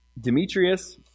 Demetrius